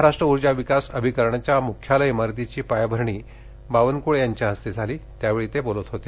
महाराष्ट्र ऊर्जा विकास अभिकरणच्या मुख्यालय इमारतीची पायाभरणी बावनक्ळे यांच्या हस्ते करण्यात आली यावेळी ते बोलत होते